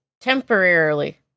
Temporarily